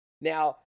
Now